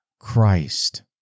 Christ